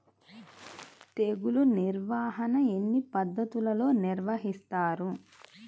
తెగులు నిర్వాహణ ఎన్ని పద్ధతులలో నిర్వహిస్తారు?